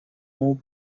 move